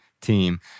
team